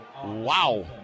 Wow